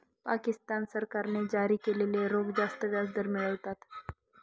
पाकिस्तान सरकारने जारी केलेले रोखे जास्त व्याजदर मिळवतात